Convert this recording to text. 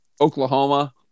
Oklahoma